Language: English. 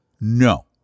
No